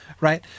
right